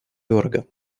дорого